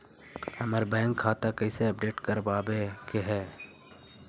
हमर बैंक खाता कैसे अपडेट करबाबे के है?